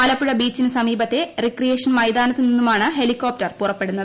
ആലപ്പുഴ ബീച്ചിന് സമീപത്തെ റിക്രീയേഷൻ മൈതാനത്ത് നിന്നുമാണ് ഹെലികോപ്റ്റർ പുറപ്പെടുന്നത്